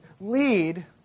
lead